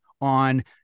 on